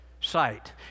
sight